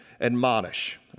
admonish